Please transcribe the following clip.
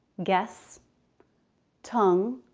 guess tongue,